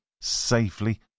safely